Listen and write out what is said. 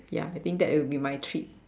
ya I think that will be my treat